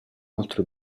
altro